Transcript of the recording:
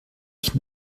ich